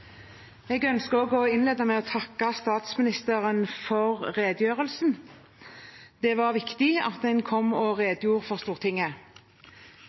Jeg ønsker å gå inn i dette ved å takke statsministeren for redegjørelsen. Det var viktig at han kom og redegjorde for Stortinget.